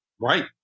Right